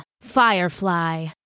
Firefly